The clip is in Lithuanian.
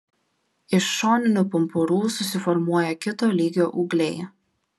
iš šoninių pumpurų susiformuoja kito lygio ūgliai